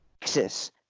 Texas